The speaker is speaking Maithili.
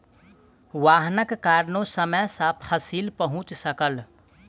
वाहनक कारणेँ समय सॅ फसिल पहुँच सकल